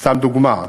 סתם דוגמה.